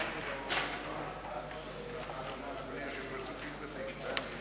אני מתכבד לפתוח את ישיבת הכנסת.